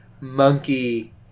monkey